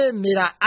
mira